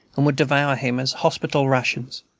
and would devour him as hospital rations.